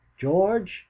george